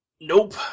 Nope